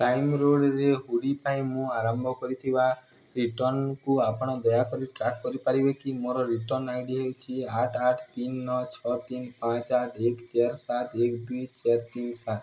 ଲାଇମ୍ ରୋଡ଼୍ରେ ହୁଡ଼ି ପାଇଁ ମୁଁ ଆରମ୍ଭ କରିଥିବା ରିଟର୍ଣ୍ଣକୁ ଆପଣ ଦୟାକରି ଟ୍ରାକ୍ କରିପାରିବେ କି ମୋର ରିଟର୍ଣ୍ଣ ଆଇ ଡ଼ି ହେଉଛି ଆଠ ଆଠ ତିନି ନଅ ଛଅ ତିନି ପାଞ୍ଚ ଆଠ ଏକ ଚାରି ସାତ ଏକ ଦୁଇ ଚାରି ତିନି ସାତ